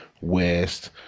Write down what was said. West